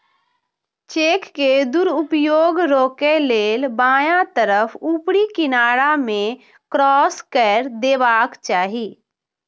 cheque के दुरुपयोग रोकै लेल बायां तरफ ऊपरी किनारा मे क्रास कैर देबाक चाही